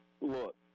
look